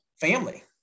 family